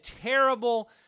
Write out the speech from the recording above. terrible